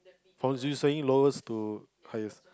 what were you saying lowest to highest